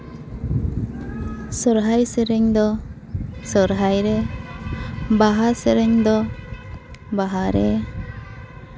ᱥᱚᱦᱨᱟᱭ ᱥᱮᱨᱮᱧ ᱫᱚ ᱥᱚᱦᱨᱟᱭ ᱨᱮ ᱵᱟᱦᱟ ᱥᱮᱨᱮᱧ ᱫᱚ ᱵᱟᱦᱟᱨᱮ